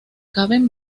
caben